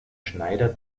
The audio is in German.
schneider